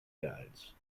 guides